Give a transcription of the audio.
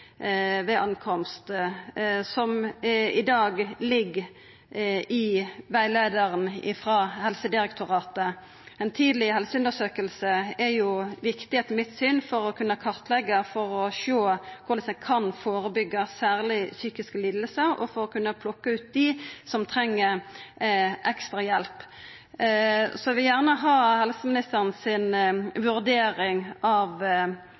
som i dag ligg i rettleiaren frå Helsedirektoratet. Ei tidleg helseundersøking er etter mitt syn viktig for å kunna kartleggja korleis ein kan førebyggja særleg psykiske lidingar, og for å kunna plukka ut dei som treng ekstra hjelp. Så eg vil gjerne ha helseministeren si vurdering av